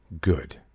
Good